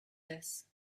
this